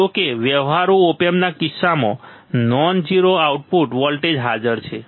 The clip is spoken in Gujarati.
જો કે વ્યવહારુ ઓપ એમ્પના કિસ્સામાં નોન ઝીરો આઉટપુટ વોલ્ટેજ હાજર છે